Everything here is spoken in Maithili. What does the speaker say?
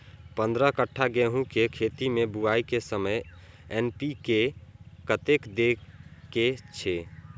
पंद्रह कट्ठा गेहूं के खेत मे बुआई के समय एन.पी.के कतेक दे के छे?